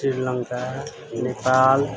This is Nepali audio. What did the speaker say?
श्रीलङ्का नेपाल